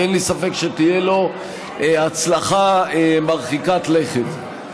ואין לי ספק שתהיה לו הצלחה מרחיקת לכת.